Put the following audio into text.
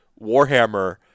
Warhammer